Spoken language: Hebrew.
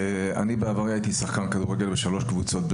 בעברי הייתי שחקן כדורגל בשלוש קבוצות: